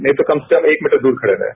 नहीं तो कम से कम एक मीटर दूर खडे रहें